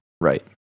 right